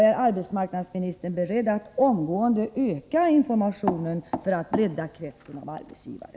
Är arbetsmarknadsministern beredd att omgående öka informationen för att bredda kretsen av arbetsgivare?